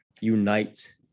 unite